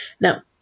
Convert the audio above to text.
Now